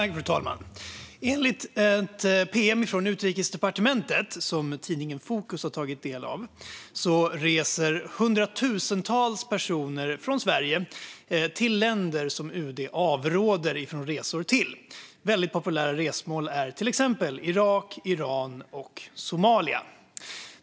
Fru talman! Enligt ett pm från Utrikesdepartementet som tidningen Fokus har tagit del av reser hundratusentals personer från Sverige till länder som UD avråder från resor till. Väldigt populära resmål är till exempel Irak, Iran och Somalia.